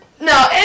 No